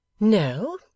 No